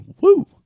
Woo